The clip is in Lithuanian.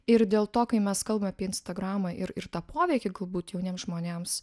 ir dėl to kai mes kalbam apie instagramą ir ir tą poveikį galbūt jauniems žmonėms